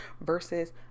versus